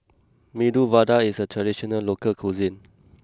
Medu Vada is a traditional local cuisine